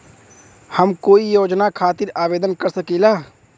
हम कोई योजना खातिर आवेदन कर सकीला?